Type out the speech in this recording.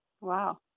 Wow